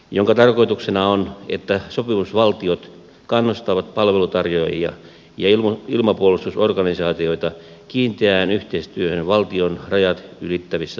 tässä se on että sopimusvaltiot kannustavat palellu tarjoilija juho ilmapuolustusorganisaatioita kiinteään yhteistyöhön valtion rajat ylittävissä